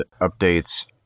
updates